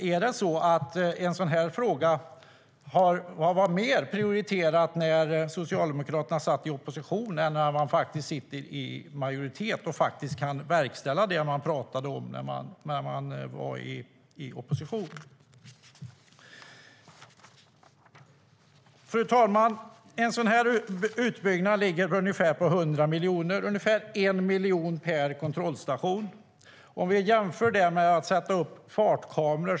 Är det så att frågan var mer prioriterad när Socialdemokraterna satt i opposition än den är när de befinner sig i majoritet och kan verkställa det som de talade om i oppositionsställning? En utbyggnad kostar ungefär 100 miljoner. Det är omkring 1 miljon per kontrollstation. Det kan jämföras med att vi sätter upp fartkameror.